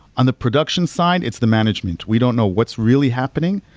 on the production side, it's the management. we don't know what's really happening.